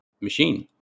machine